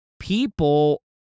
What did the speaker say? People